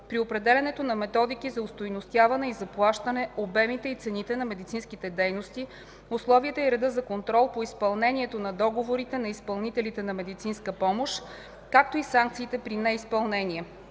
при определянето на методики за остойностяване и заплащане обемите и цените на медицинските дейности, условията и реда за контрол по изпълнението на договорите на изпълнителите на медицинска помощ, както и санкциите при неизпълнение.